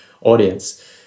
audience